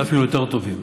ואולי אפילו יותר טובים.